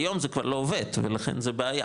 היום זה כבר לא עובד ולכן זה בעיה,